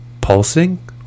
pulsing